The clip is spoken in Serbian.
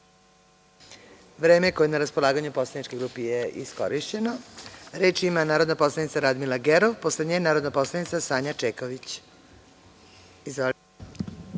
Vreme koje je na raspolaganju poslaničkoj grupi je iskorišćeno. Reč ima narodna poslanica Radmila Gerov. Posle nje narodna poslanica Sanja Čeković.